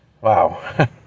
wow